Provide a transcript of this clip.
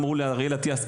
אמרו לאריאל אטיאס,